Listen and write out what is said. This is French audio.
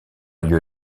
lieu